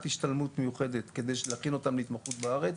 השתלמות מיוחדת כדי להכין אותם להתמחות בארץ.